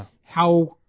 how-